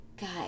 guys